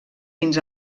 fins